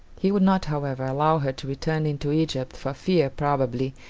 he would not, however, allow her to return into egypt, for fear, probably,